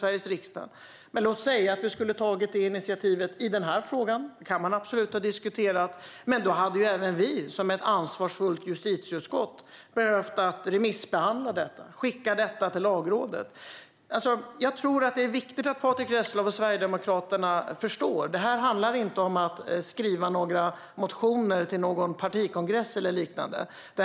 Låt oss säga att Patrick Reslow skulle ha tagit det initiativet i den här frågan - vilket absolut kan ha diskuterats - hade även vi i ett ansvarsfullt justitieutskott behövt remissbehandla förslaget och skicka det till Lagrådet. Det är viktigt att Patrick Reslow och Sverigedemokraterna förstår att det inte handlar om att skriva några motioner till en partikongress eller liknande.